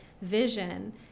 vision